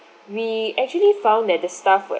we actually found that the staff were